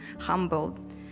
humbled